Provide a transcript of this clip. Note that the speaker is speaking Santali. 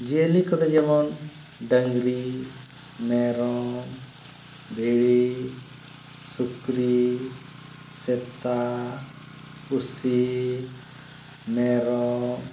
ᱡᱤᱭᱟᱹᱞᱤ ᱠᱚᱫᱚ ᱡᱮᱢᱚᱱ ᱰᱟᱝᱨᱤ ᱢᱮᱨᱚᱢ ᱵᱷᱤᱲᱤ ᱥᱩᱠᱨᱤ ᱥᱮᱛᱟ ᱯᱩᱥᱤ ᱢᱮᱨᱚᱢ